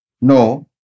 No